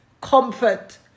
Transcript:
comfort